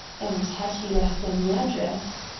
and had he left any address.